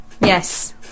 Yes